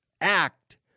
act